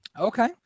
Okay